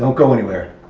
go go anywhere,